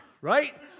right